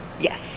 Yes